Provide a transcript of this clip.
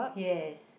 yes